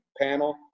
panel